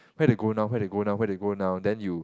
where they go now where they go now where they go now then you